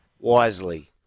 wisely